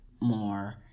more